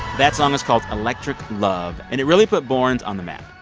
that song is called electric love, and it really put borns on the map.